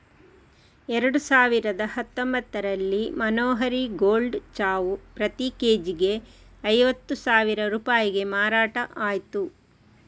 ಎರಡು ಸಾವಿರದ ಹತ್ತೊಂಭತ್ತರಲ್ಲಿ ಮನೋಹರಿ ಗೋಲ್ಡ್ ಚಾವು ಪ್ರತಿ ಕೆ.ಜಿಗೆ ಐವತ್ತು ಸಾವಿರ ರೂಪಾಯಿಗೆ ಮಾರಾಟ ಆಯ್ತು